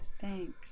thanks